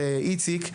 איציק,